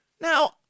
Now